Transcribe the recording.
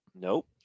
Nope